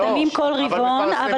מפרסמים בכל רבעון אבל,